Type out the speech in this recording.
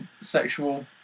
sexual